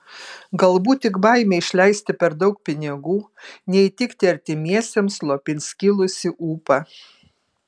galbūt tik baimė išleisti per daug pinigų neįtikti artimiesiems slopins kilusį ūpą